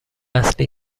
اصلی